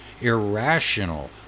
irrational